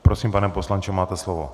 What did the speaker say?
Prosím, pane poslanče, máte slovo.